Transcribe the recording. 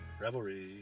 Revelry